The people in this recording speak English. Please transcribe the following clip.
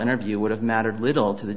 interview would have mattered little to the